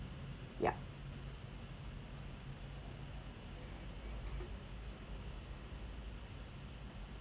yeah